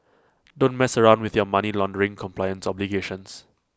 don't mess around with your money laundering compliance obligations